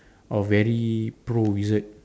of very pro wizard